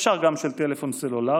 אפשר גם של טלפון סלולרי,